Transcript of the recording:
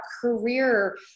career